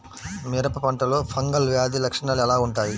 మిరప పంటలో ఫంగల్ వ్యాధి లక్షణాలు ఎలా వుంటాయి?